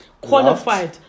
Qualified